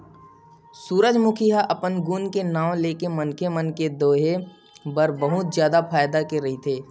सूरजमूखी ह अपन गुन के नांव लेके मनखे मन के देहे बर बहुत जादा फायदा के रहिथे